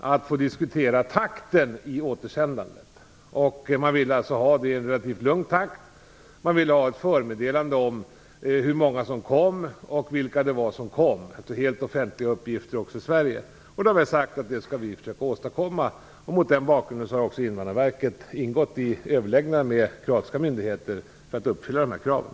Man ville att återsändandet skulle ske i relativt lugn takt. Man vill ha ett förmeddelande om hur många och vilka som kommer. Detta är offentliga uppgifter även i Sverige. Vi har sagt att vi skall försöka åstadkomma det. Mot den bakgrunden har också Invandrarverket ingått i överläggningar med kroatiska myndigheter för att uppfylla de här kraven.